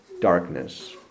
darkness